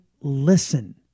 listen